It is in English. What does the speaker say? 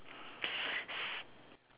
s~